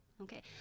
okay